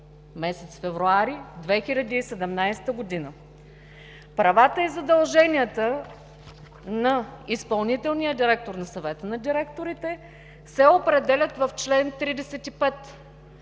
24 февруари 2017 г. Правата и задълженията на изпълнителния директор на Съвета на директорите се определят в чл. 35.